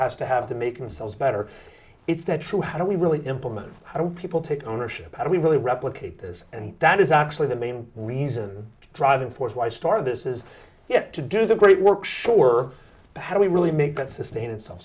has to have to make themselves better it's that true how do we really implement i don't people take ownership we really replicate this and that is actually the main reason driving force why start of this is yet to do the great work sure but how do we really make that sustain itself